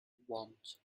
want